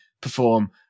perform